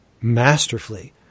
masterfully